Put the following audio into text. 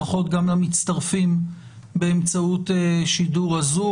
ברכות גם למצטרפים באמצעות שידור הזום.